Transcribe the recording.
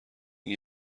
این